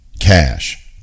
cash